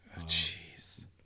jeez